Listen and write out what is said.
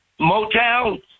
Motown